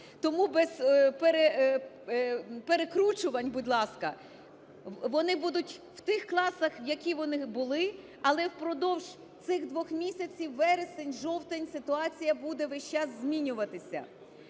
Тому без перекручувань, будь ласка. Вони будуть в тих класах, в яких вони були, але впродовж цих двох місяців вересень-жовтень ситуація буде весь час змінюватися.